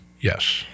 yes